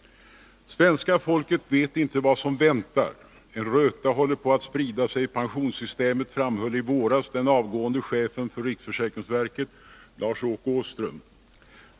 — Svenska folket vet inte vad som väntar. En röta håller på att sprida sig i pensionssystemet, framhöll i våras den avgående chefen för riksförsäkringsverket, Lars Åke Åström.